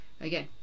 again